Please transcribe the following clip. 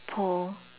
pole